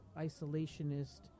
isolationist